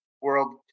world